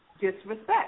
disrespect